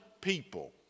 people